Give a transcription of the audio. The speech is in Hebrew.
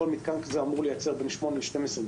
כל מתקן כזה אמור לייצר בין 8 12 קבוצות.